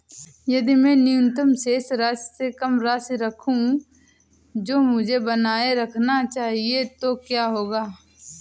यदि मैं न्यूनतम शेष राशि से कम राशि रखूं जो मुझे बनाए रखना चाहिए तो क्या होगा?